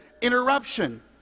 interruption